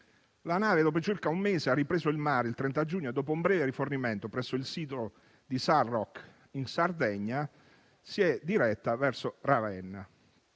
La nave, dopo circa un mese, ha ripreso il mare il 30 giugno e, dopo un breve rifornimento presso il sito di Sarroch in Sardegna, si è diretta verso Ravenna.